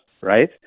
right